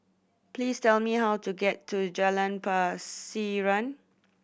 please tell me how to get to Jalan Pasiran